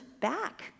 back